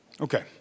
Okay